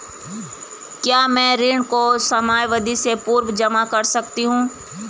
क्या मैं ऋण को समयावधि से पूर्व जमा कर सकती हूँ?